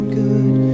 good